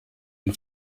den